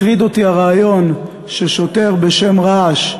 הטריד אותי הרעיון ששוטר, בשם רעש,